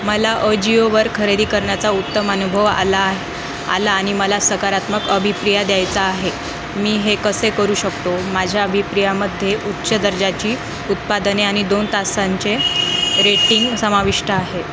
मला अजिओवर खरेदी करण्याचा उत्तम अनुभव आला आहे आला आणि मला सकारात्मक अभिप्राय द्यायचा आहे मी हे कसे करू शकतो माझ्या अभिप्रायामध्ये उच्च दर्जाची उत्पादने आणि दोन तासांचे रेटिंग समाविष्ट आहे